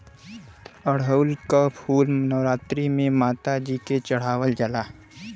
अढ़ऊल क फूल नवरात्री में माता जी के चढ़ावल जाला